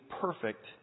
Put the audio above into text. perfect